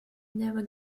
never